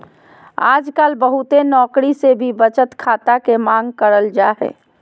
आजकल बहुते नौकरी मे भी बचत खाता के मांग करल जा हय